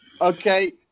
okay